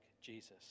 Jesus